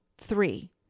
Three